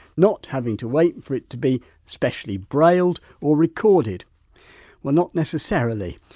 not having to wait for it to be specially brailed or recorded well not necessarily.